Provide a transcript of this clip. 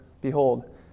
behold